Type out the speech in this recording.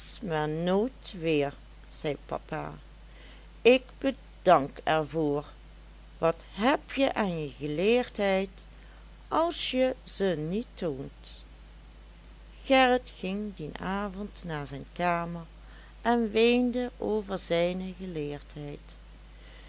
nooit weer zei papa ik bedank er voor wat hebje aan je geleerdheid als je ze niet toont gerrit ging dien avond naar zijn kamer en weende over zijne